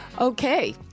Okay